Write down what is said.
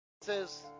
says